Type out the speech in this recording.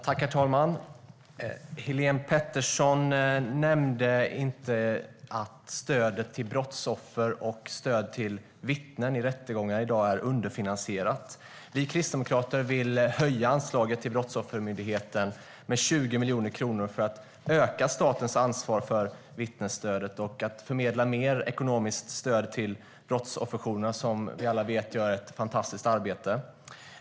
Herr talman! Helene Petersson nämnde inte att stödet till brottsoffer och stöd till vittnen vid rättegångar i dag är underfinansierat. Vi kristdemokrater vill höja anslaget till Brottsoffermyndigheten med 20 miljoner kronor för att öka statens ansvar för vittnesstödet och förmedla mer ekonomiskt stöd till brottsofferjourerna, som vi alla vet gör ett fantastiskt arbete.